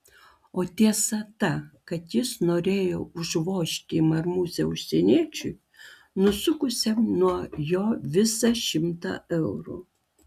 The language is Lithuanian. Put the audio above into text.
o tiesa ta kad jis norėjo užvožti į marmūzę užsieniečiui nusukusiam nuo jo visą šimtą eurų